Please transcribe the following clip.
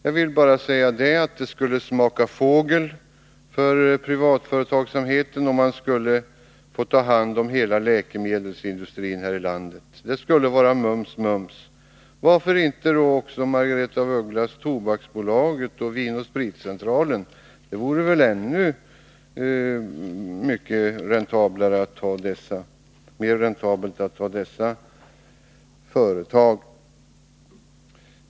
Jag vill bara säga att det skulle smaka fågel för privatföretagsamheten att få ta hand om hela läkemedelsindustrin här i landet. Det skulle vara mums. Varför inte Tobaksbolaget och Vin & Spritcentralen? Det vore väl ännu mer räntabelt att ha dessa företag.